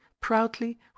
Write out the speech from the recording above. proudly